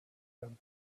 them